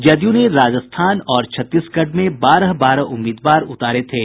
जदयू ने राजस्थान और छत्तीसगढ़ में बारह बारह उम्मीदवार उतारे थे